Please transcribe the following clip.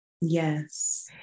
Yes